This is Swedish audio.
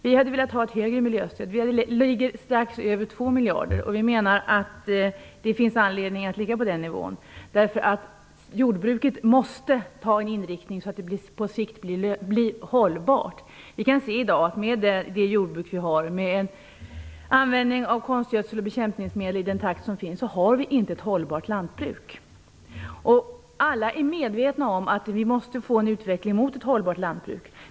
Vi hade velat ha ett högre miljöstöd. Vi ligger strax över 2 miljarder. Vi menar att det finns anledning att ligga på den nivån. Jordbruket måste nämligen ha en inriktning så att det på sikt blir hållbart. I dag har vi inte ett hållbart lantbruk med tanke på användningen av konstgödsel och bekämpningsmedel. Alla är medvetna om att vi måste få en utveckling mot ett hållbart lantbruk.